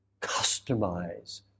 customize